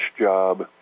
job